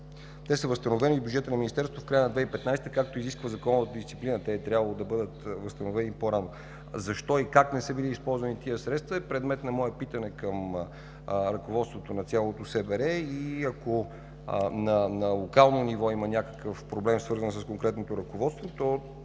те са възстановени в бюджета на Министерството на здравеопазването в края на 2015 г., както изисква законът и дисциплината, трябвало е да бъдат възстановени по-рано. Защо и как не са били използвани тези средства, е предмет на мое питане към ръководството на цялото СБР и, ако на локално ниво има някакъв проблем, свързан с конкретното ръководство,